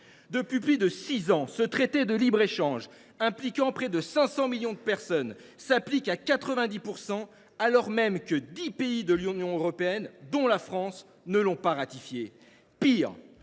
Depuis plus de six ans, ce traité de libre échange impliquant près de 500 millions de personnes s’applique à 90 %, alors même que dix pays de l’Union européenne, dont la France, ne l’ont pas ratifié. Pire,